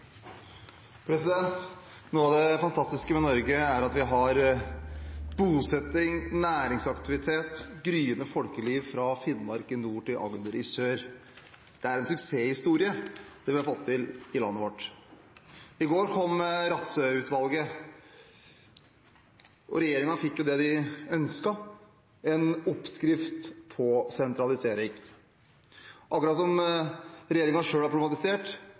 at vi har bosetting, næringsaktivitet og yrende folkeliv fra Finnmark i nord til Agder i sør. Det er en suksesshistorie vi har fått til i landet vårt. I går kom Rattsø-utvalgets rapport, og regjeringen fikk jo det de ønsket: en oppskrift på sentralisering. Akkurat som regjeringen selv har problematisert,